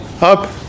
up